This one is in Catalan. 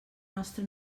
nostra